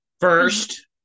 First